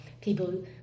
people